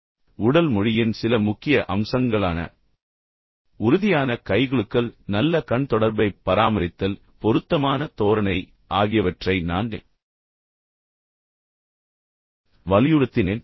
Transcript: முடிவாக உடல் மொழியின் சில முக்கிய அம்சங்களான உறுதியான கைகுலுக்கல் நல்ல கண் தொடர்பைப் பராமரித்தல் பொருத்தமான தோரணை ஆகியவற்றை நான் வலியுறுத்தினேன்